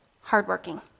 hardworking